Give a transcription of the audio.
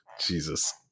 Jesus